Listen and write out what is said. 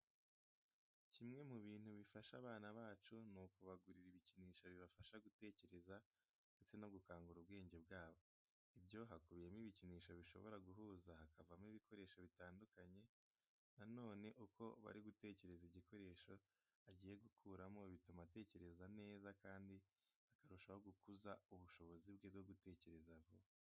Kimwe mu bintu bifasha abana bacu, ni ukubagurira ibikinisho bibafasha gutekereza ndetse no gukangura ubwenge bwabo. Ibyo hakubiyemo ibikinisho bashobora guhuza hakavamo ibikoresho bitandukanye. Na none uko aba ari gutekereza igikoresho agiye gukoramo bituma atekereza neza kandi akarushaho gukuza ubushobozi bwe bwo gutekereza vuba.